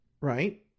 right